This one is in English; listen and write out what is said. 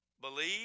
believe